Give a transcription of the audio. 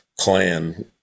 clan